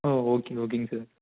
ஓ okay ஓகேங்க sir